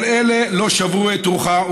כל אלה לא שברו את רוחה,